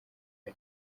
bwa